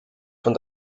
von